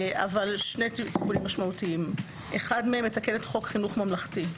אחד מהם מתקן את חוק חינוך ממלכתי,